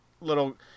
little